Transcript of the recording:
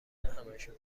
همشون